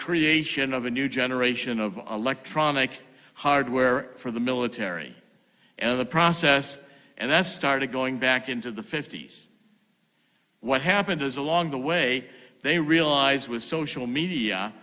creation of a new generation of electronic hardware for the military and the process and that's started going back into the fifty's what happened is along the way they realized with social media